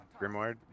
grimoire